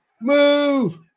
move